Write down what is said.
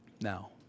Now